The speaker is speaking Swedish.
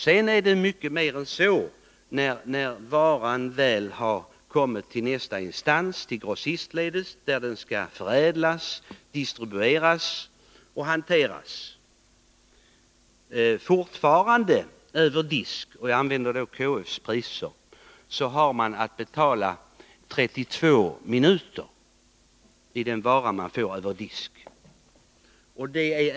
Sedan tillkommer en mängd kostnader när varan väl har kommit till nästa instans, grossistledet, där den skall förädlas, distribueras och hanteras. För att betala den vara man får över disk krävs — om jag fortfarande använder KF:s priser — arbete i 32 minuter.